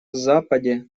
западе